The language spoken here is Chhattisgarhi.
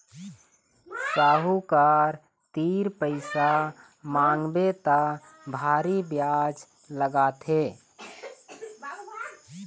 साहूकार तीर पइसा मांगबे त भारी बियाज लागथे